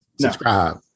Subscribe